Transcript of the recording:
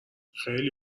خیلی